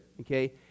Okay